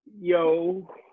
Yo